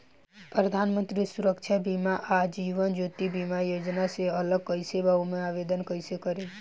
प्रधानमंत्री सुरक्षा बीमा आ जीवन ज्योति बीमा योजना से अलग कईसे बा ओमे आवदेन कईसे करी?